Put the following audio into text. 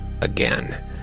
again